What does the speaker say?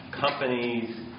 companies